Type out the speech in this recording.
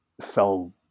fell